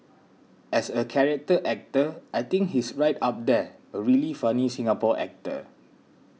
as a character actor I think he's right up there a really funny Singapore actor